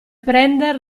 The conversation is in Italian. prender